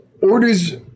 Orders